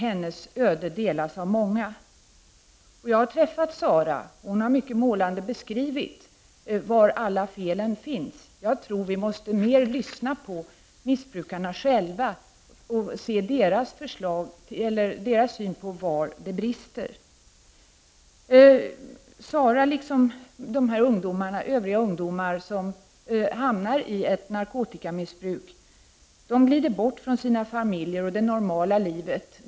Saras öde delas av många. Jag har träffat Sara, och hon beskrev mycket målande var felen finns. Jag tror att vi måste lyssna på missbrukarna själva och försöka se deras syn på var det brister. Sara, liksom övriga ungdomar som hamnar i ett narkotikamissbruk, glider bort från sina familjer och ett normalt liv.